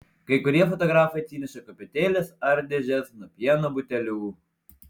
kai kurie fotografai atsineša kopėtėles ar dėžes nuo pieno butelių